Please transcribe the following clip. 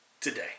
today